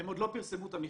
הם עוד לא פרסמו את המכרז.